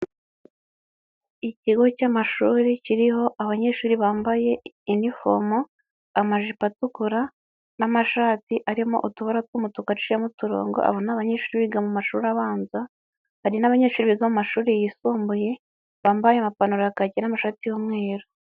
Ikigo cy'amashuri kiriho abanyeshuri bambaye inifomo: Amajipo atukura n'amashati arimo utubara tw'umutuku, aciyemo uturongo, abo ni abanyeshuri biga mu mashuri abanza, hari n'abanyeshuri biga mu amashuri yisumbuye, bambaye amapantaro ya kaki n'amashati y'umweru.